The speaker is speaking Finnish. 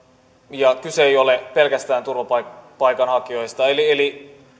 ja kyse ei ole pelkästään turvapaikanhakijoista